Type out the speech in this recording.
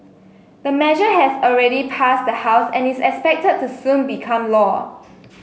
the measure has already passed the House and is expected to soon become law